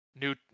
New